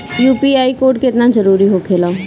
UPI code केतना जरुरी होखेला?